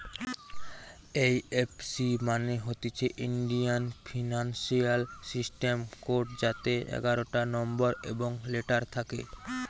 এই F C মানে হতিছে ইন্ডিয়ান ফিনান্সিয়াল সিস্টেম কোড যাতে এগারটা নম্বর এবং লেটার থাকে